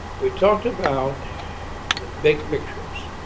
we talked about the big pictures,